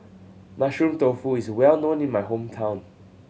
Mushroom Tofu is well known in my hometown